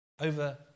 over